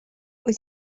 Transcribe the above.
wyt